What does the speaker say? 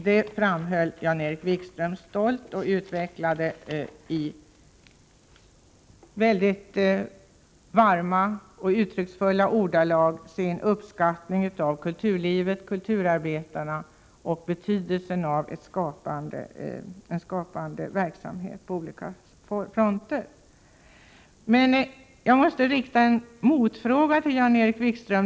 Det framhöll Jan-Erik Wikström stolt och utvecklade i mycket varma och uttrycksfulla ordalag sin uppskattning av kulturlivet och kulturarbetarna samt betonade betydelsen av en skapande verksamhet på olika fronter. Jag måste efter att lyssnat på debatten rikta en motfråga till Jan-Erik Wikström.